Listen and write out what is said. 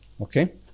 Okay